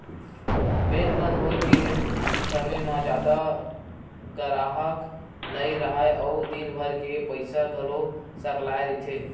bank बंद होए के समे म जादा गराहक नइ राहय अउ दिनभर के पइसा घलो सकलाए रहिथे